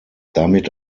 damit